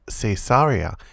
Caesarea